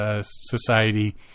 Society